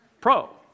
Pro